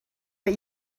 but